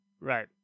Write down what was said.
right